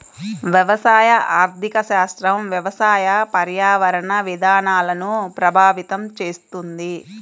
వ్యవసాయ ఆర్థిక శాస్త్రం వ్యవసాయ, పర్యావరణ విధానాలను ప్రభావితం చేస్తుంది